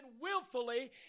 willfully